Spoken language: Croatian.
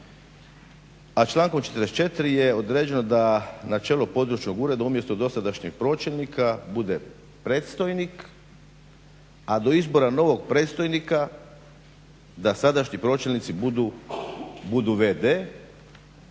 a člankom 44.je određeno da načelo područnog ureda umjesto dosadašnjeg pročelnika bude predstojnik, a do izbora novog predstojnika da sadašnji pročelnici budu vd